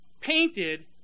painted